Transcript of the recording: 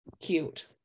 cute